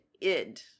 id